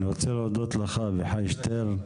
אני רוצה להודות לך אביחי שטרן,